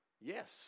yes